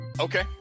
Okay